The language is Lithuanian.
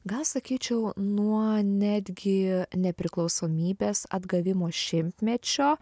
gal sakyčiau nuo netgi nepriklausomybės atgavimo šimtmečio